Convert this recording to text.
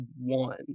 one